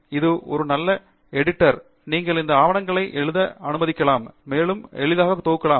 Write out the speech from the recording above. இது ஒரு நல்ல எடிட்டர் நீங்கள் இந்த ஆவணங்களை எழுத அனுமதிக்கலாம் மேலும் எளிதாக தொகுக்கலாம்